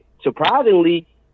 surprisingly